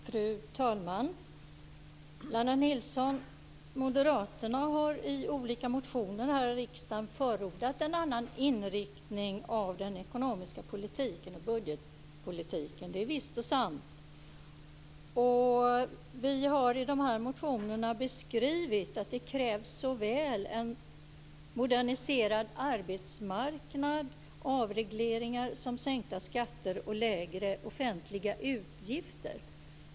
Fru talman! Moderaterna har i olika motioner här i riksdagen förordat en annan inriktning av den ekonomiska politiken och budgetpolitiken, Lennart Nilsson. Det är visst och sant. I de här motionerna har vi beskrivit att det krävs såväl en moderniserad arbetsmarknad och avregleringar som sänkta skatter och lägre offentliga utgifter.